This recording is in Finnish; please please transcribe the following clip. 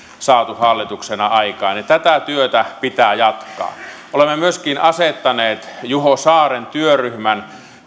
saaneet hallituksena aikaan ja tätä työtä pitää jatkaa olemme myöskin asettaneet juho saaren työryhmän